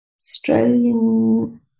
Australian